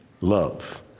Love